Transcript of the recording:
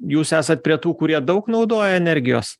jūs esat prie tų kurie daug naudoja energijos